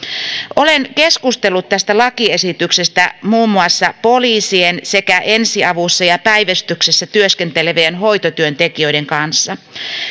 olen keskustellut tästä lakiesityksestä muun muassa poliisien sekä ensiavussa ja päivystyksessä työskentelevien hoitotyöntekijöiden kanssa